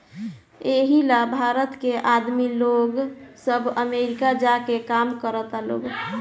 एही ला भारत के आदमी लोग सब अमरीका जा के काम करता लोग